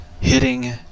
hitting